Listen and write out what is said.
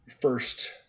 first